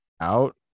out